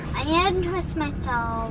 i and untwist myself.